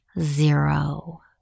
zero